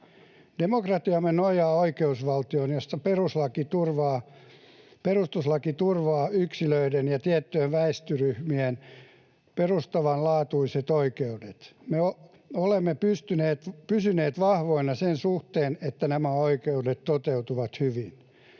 Demokratiamme nojaa oikeusvaltioon, jossa perustuslaki turvaa yksilöiden ja tiettyjen väestöryhmien perustavanlaatuiset oikeudet. Me olemme pysyneet vahvoina sen suhteen, että nämä oikeudet toteutuvat hyvin.